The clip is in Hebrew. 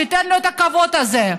שייתן לו את הכבוד הזה.